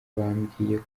bambwiye